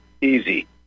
easy